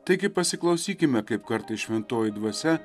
taigi pasiklausykime kaip kartais šventoji dvasia